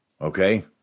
Okay